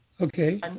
Okay